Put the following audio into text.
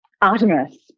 Artemis